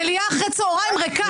המליאה אחרי הצוהריים ריקה.